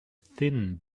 thin